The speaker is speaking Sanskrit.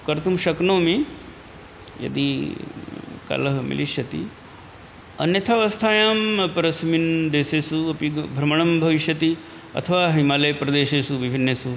कर्तुं शक्नोमि यदि कालः मिलिष्यति अन्यथा व्यवस्थायाम् अपरस्मिन् देशेषु अपि ग् भ्रमणं भविष्यति अथवा हिमालयप्रदेशेषु विभिन्नेषु